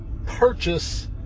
Purchase